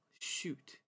Shoot